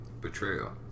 betrayal